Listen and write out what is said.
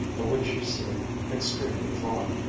of which she seemed extremely fond.